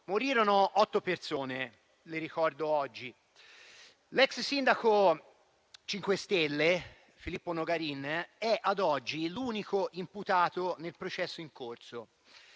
morirono otto persone, che ricordo oggi. L'ex sindaco 5 Stelle, Filippo Nogarin, è ad oggi l'unico imputato nel processo in corso.